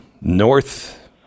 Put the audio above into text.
North